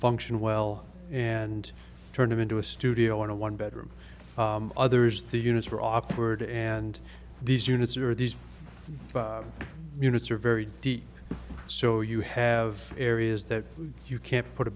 function well and turned him into a studio in a one bedroom others three units for awkward and these units are these units are very deep so you have areas that you can't put